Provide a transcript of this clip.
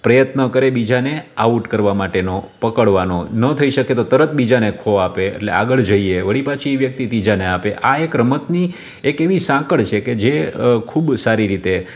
પ્રયત્ન કરે બીજાને આઉટ કરવા માટેનો પકડવાનો નો થઈ શકે તો તરત બીજાને ખો આપે એટલે આગળ જઈએ વળી પાછી એ વ્યક્તિ ત્રીજાને આપે આ એક રમતની એક એવી સાંકળ છે કે જે ખૂબ સારી રીતે